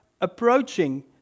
approaching